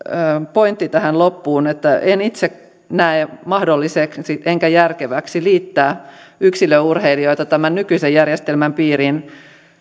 pointti tähän loppuun että en itse näe mahdolliseksi enkä järkeväksi liittää yksilöurheilijoita tämän nykyisen järjestelmän piiriin